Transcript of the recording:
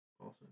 Awesome